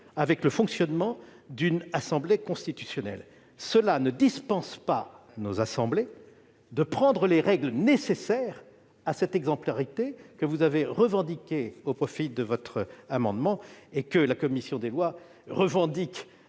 avec le fonctionnement d'une assemblée constitutionnelle. Cela ne dispense pas nos assemblées d'adopter les règles nécessaires à cette exemplarité que vous avez revendiquée au profit de votre amendement, et que la commission des lois revendique